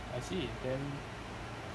I see then